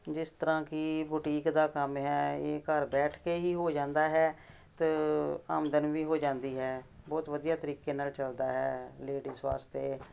ਜਿਸ ਤਰ੍ਹਾਂ ਕਿ ਬੁਟੀਕ ਦਾ ਕੰਮ ਹੈ ਇਹ ਘਰ ਬੈਠ ਕੇ ਹੀ ਹੋ ਜਾਂਦਾ ਹੈ ਅਤੇ ਆਮਦਨ ਵੀ ਹੋ ਜਾਂਦੀ ਹੈ ਬਹੁਤ ਵਧੀਆ ਤਰੀਕੇ ਨਾਲ ਚੱਲਦਾ ਹੈ ਲੇਡੀਸ ਵਾਸਤੇ